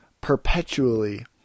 perpetually